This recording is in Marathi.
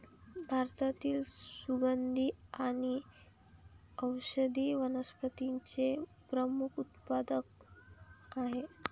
भारतातील सुगंधी आणि औषधी वनस्पतींचे प्रमुख उत्पादक आहेत